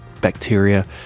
bacteria